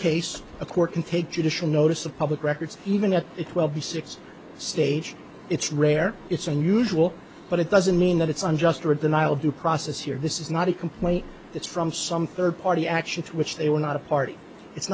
case a court can take judicial notice of public records even a it will be six stage it's rare it's unusual but it doesn't mean that it's unjust or denial due process here this is not a complaint it's from some third party actions which they were not a party it's